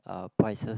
uh prices